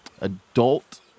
adult